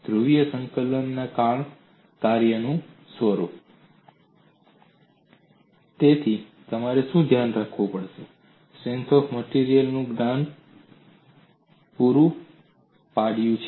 ધ્રુવીય સંકલનમાં તાણ કાર્યનું સ્વરૂપ તેથી તમારે શું ધ્યાનમાં રાખવું પડશે સ્ટ્રેન્થ ઓફ માટેરિયલ્સ એ ચોક્કસ સ્તરનું જ્ઞાન પૂરું પાડ્યું છે